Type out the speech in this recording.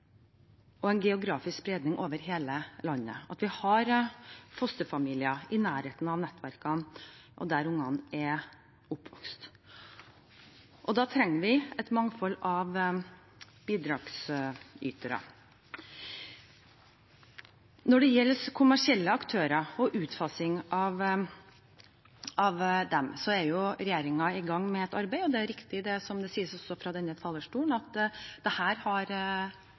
og en geografisk spredning over hele landet, og at vi har fosterfamilier i nærheten av nettverkene og der barna er oppvokst. Da trenger vi et mangfold av bidragsytere. Når det gjelder kommersielle aktører og utfasing av dem, er regjeringen i gang med et arbeid. Det er riktig, det som sies også fra denne talerstolen, at dette har